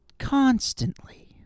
constantly